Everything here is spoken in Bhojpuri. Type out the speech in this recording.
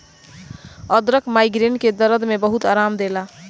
अदरक माइग्रेन के दरद में बहुते आराम देला